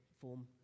form